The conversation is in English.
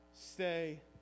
stay